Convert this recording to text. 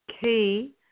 key